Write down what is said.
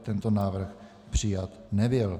Tento návrh přijat nebyl.